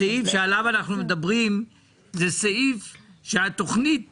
הסעיף שעליו אנחנו מדברים זה סעיף שהתכנית